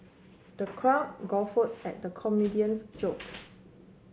the crowd guffaw at the comedian's jokes